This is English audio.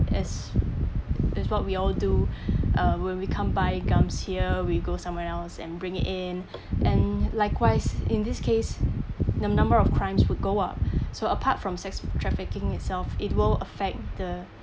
as as what we all do uh when we can't buy gums here we go somewhere else and bring it in and likewise in this case the number of crimes would go up so apart from sex trafficking itself it will affect the